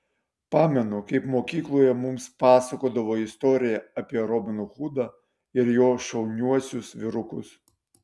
pamenu kaip mokykloje mums pasakodavo istoriją apie robiną hudą ir jo šauniuosius vyrukus